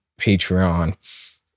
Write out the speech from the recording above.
Patreon